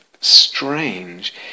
strange